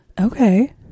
Okay